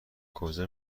کجا